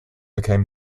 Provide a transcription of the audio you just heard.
became